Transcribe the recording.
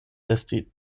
esti